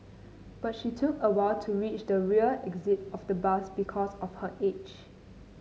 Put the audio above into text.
but she took a while to reach the rear exit of the bus because of her age